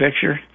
picture